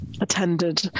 attended